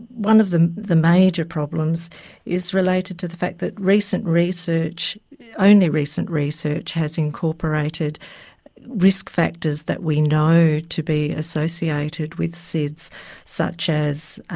one of the the major problems is related to the fact that recent research and only recent research has incorporated risk factors that we know to be associated with sids such as